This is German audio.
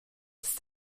ist